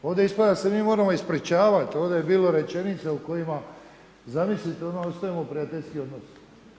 Ovdje ispada da se mi moramo ispričavati, ovdje je bilo rečenica, u kojima, zamislite, ono ostajemo u prijateljskim odnosima.